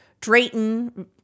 Drayton